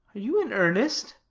you in earnest?